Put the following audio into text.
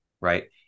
right